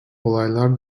olaylar